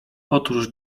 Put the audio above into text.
otóż